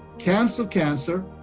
cancer cancer,